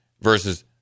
versus –